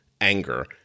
anger